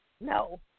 No